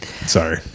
Sorry